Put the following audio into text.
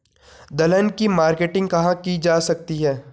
दलहन की मार्केटिंग कहाँ की जा सकती है?